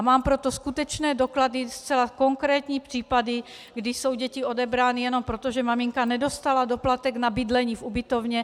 Mám pro to skutečné doklady, zcela konkrétní případy, kdy jsou děti odebrány jenom proto, že maminka nedostala doplatek na bydlení v ubytovně.